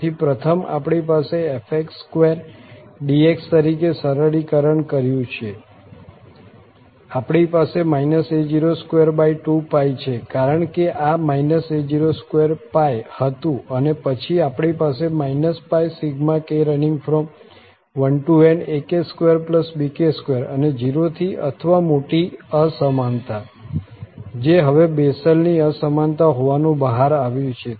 તેથી પ્રથમ આપણી પાસે f2dx તરીકે સરલીકરણ છે આપણી પાસે a022 છે કારણ કે આ a02 હતું અને પછી આપણી પાસે πk1nak2bk2 અને 0 થી અથવા મોટી અસમાનતા જે હવે બેસેલની અસમાનતા હોવાનું બહાર આવ્યું છે